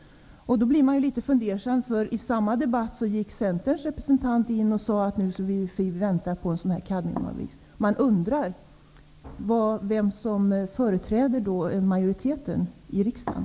Jag blir litet fundersam, eftersom Centerns representant i samma debatt sade att vi väntar på en kadmiumavgift. Jag undrar vem som företräder majoriteten i riksdagen.